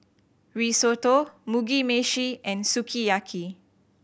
Risotto Mugi Meshi and Sukiyaki